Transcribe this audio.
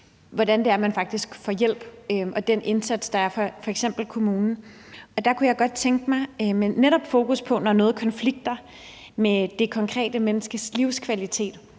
hvordan det er, man faktisk får hjælp, og den indsats, der er fra f.eks. kommunen. Der kunne jeg godt tænke mig at høre – netop med fokus på, når noget konflikter med det konkrete menneskes livskvalitet